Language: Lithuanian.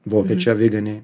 vokiečių aviganiai